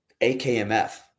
AKMF